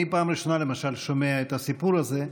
אני, למשל, פעם ראשונה שומע את הסיפור הזה.